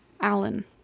Alan